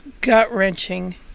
gut-wrenching